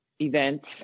events